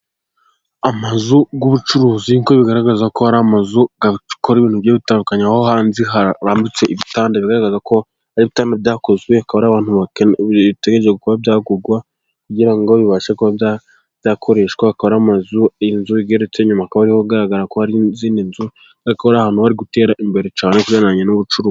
Amazu y'ubucuruzi, ni ko bigaragaza ko hari amazu akora ibintu bitandukanye, aho hanze, harambitse ibitanda bigaragaza ko ari ibitanda byakozwe kugira ngo bibashe kuba byagurwa kugira ngo babashe kubikoresha. Hakaba hari amazu, inzu igeretse, inyuma akaba ariho hagaragara ko hari izindi nzu. Akaba ari ahantu hari gutera imbere cyane, ugereranije n'ubucuruzi.